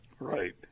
Right